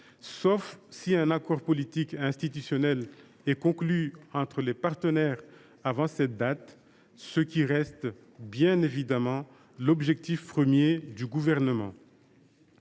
sauf si un accord politique et institutionnel était conclu entre les partenaires avant cette date – ce qui reste, bien évidemment, l’objectif premier du Gouvernement.